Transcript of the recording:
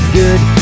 good